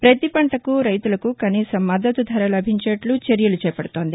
పతి పంటకు రైతులకు కనీస మద్దతు ధర లభించేటట్లు చర్యలు చేపడుతోంది